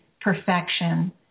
perfection